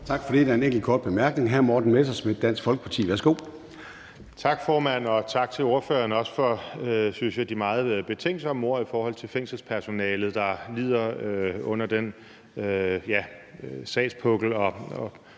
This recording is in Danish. Tak for det. Der er en enkelt kort bemærkning. Hr. Morten Messerschmidt, Dansk Folkeparti. Værsgo. Kl. 13:55 Morten Messerschmidt (DF): Tak, formand, og tak til ordføreren, også for de, synes jeg, meget betænksomme ord i forhold til fængselspersonalet, der lider under den sagspukkel og